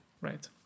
right